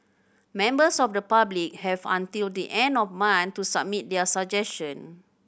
members of the public have until the end of month to submit their suggestion